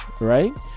right